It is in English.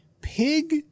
pig